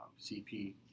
CP